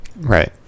Right